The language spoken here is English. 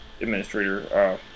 administrator